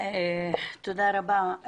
תודה רבה.